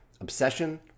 Obsession